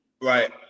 right